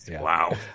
Wow